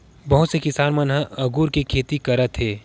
बहुत से किसान मन अगुर के खेती करथ